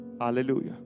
Hallelujah